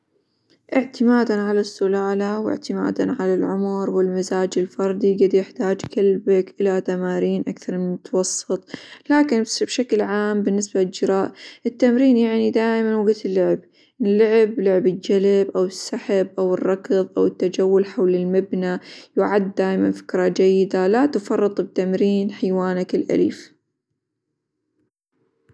اعتمادًا على السلالة، واعتمادا على العمر، والمزاج الفردي، قد يحتاج كلبك إلى تمارين أكثر من المتوسط، لكن بشكل عام بالنسبة للجراء التمرين يعني دائمًا وقت اللعب اللعب، لعب الجلب، أو السحب، أو الركظ، أو التجول حول المبنى، يعد دايمًا فكرة جيدة، لا تفرط بتمرين حيوانك الأليف.